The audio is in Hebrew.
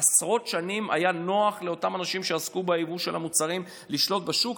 עשרות שנים היה נוח לאותם אנשים שעסקו ביבוא של המוצרים לשלוט בשוק.